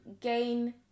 gain